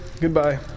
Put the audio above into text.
goodbye